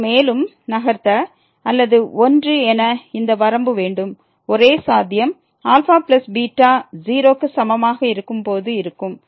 இப்போது மேலும் நகர்த்த அல்லது 1 என இந்த வரம்பு வேண்டும் ஒரே சாத்தியம் αβ 0 க்கு சமமாக இருக்கும் போது இருக்கும்